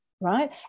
right